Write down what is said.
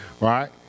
right